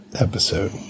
episode